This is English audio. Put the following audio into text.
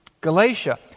Galatia